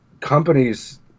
companies